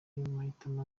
mahitamo